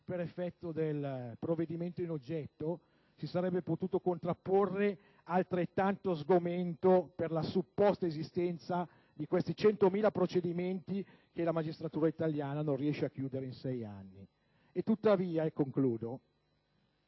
per effetto del provvedimento in oggetto si sarebbe potuto contrapporre altrettanto sgomento per la supposta esistenza di questi 100.000 procedimenti che la magistratura italiana non riesce a chiudere in sei anni. Tuttavia, e concludo,